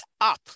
up